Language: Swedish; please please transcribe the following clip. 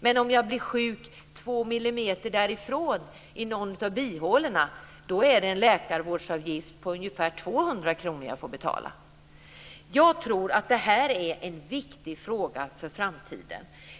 men om jag blir sjuk två millimeter därifrån, i någon av bihålorna, är det en läkarvårdsavgift på ungefär 200 kr jag får betala. Jag tror att det här är en viktig fråga för framtiden.